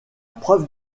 preuve